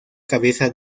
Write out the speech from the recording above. cabeza